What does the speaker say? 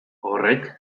horrek